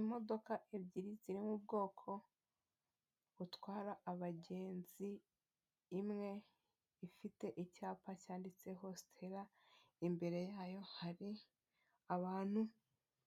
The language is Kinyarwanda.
Imodoka ebyiri ziririmo ubwoko butwara abagenzi imwe ifite icyapa cyanditseho sitera imbere yayo hari abantu